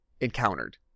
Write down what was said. encountered